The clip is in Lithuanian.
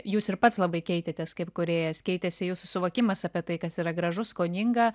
jūs ir pats labai keitėtės kaip kūrėjas keitėsi jūsų suvokimas apie tai kas yra gražu skoninga